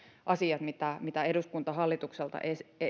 asiat mitä mitä eduskunta hallitukselta